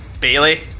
Bailey